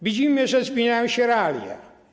Widzimy, że zmieniają się realia.